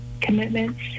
commitments